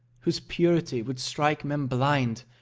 whose purity would strike men blind,